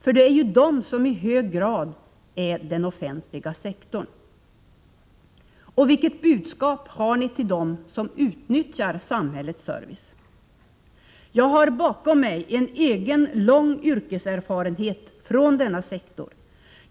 För det är ju dessa som i hög grad är den offentliga sektorn. Och vilket budskap har ni till dem som utnyttjar samhällets service. Jag har bakom mig en egen lång yrkeserfarenhet från denna sektor.